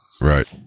Right